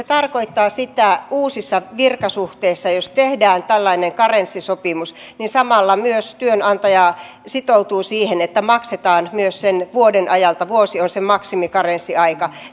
tarkoittaa uusissa virkasuhteissa sitä että jos tehdään tällainen karenssisopimus niin samalla myös työnantaja sitoutuu siihen että maksetaan sen vuoden ajalta vuosi on se maksimikarenssiaika